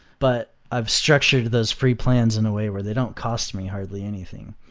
but i've structured those preplans in a way where they don't cost me hardly anything,